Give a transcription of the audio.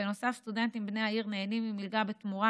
בנוסף, סטודנטים בני העיר נהנים ממלגה בתמורה